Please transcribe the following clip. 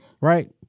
right